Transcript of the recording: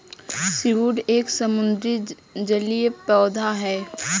seaweed एक समुद्री जलीय पौधा है